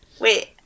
Wait